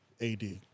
AD